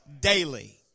daily